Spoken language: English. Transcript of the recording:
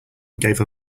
gave